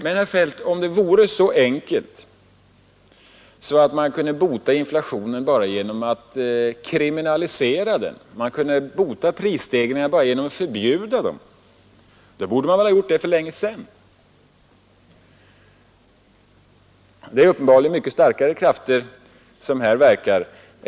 Men, herr Feldt, om det vore så enkelt att man kunde avskaffa inflationen genom att bara kriminalisera den, om man kunde bota prisstegringarna genom att bara förbjuda dem, då borde man väl ha gjort det för länge sedan! Det är uppenbarligen mycket starkare krafter som här verkar.